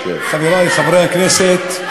חברי חברי הכנסת,